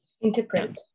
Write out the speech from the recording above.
Interpret